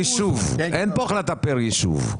אין פה החלטה פר ישוב.